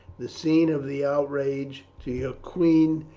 the scene of the outrage to your queen,